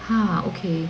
ha okay